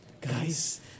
Guys